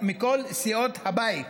מכל סיעות הבית,